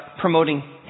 promoting